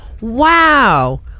Wow